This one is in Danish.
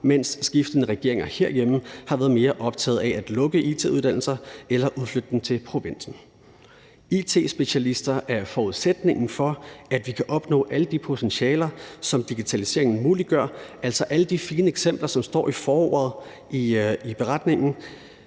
mens skiftende regeringer herhjemme har været mere optagede af at lukke it-uddannelser eller udflytte dem til provinsen. It-specialister er forudsætningen for, at vi kan opnå alle de potentialer, som digitaliseringen muliggør, altså alle de fine eksempler, som står i forordet i redegørelsen,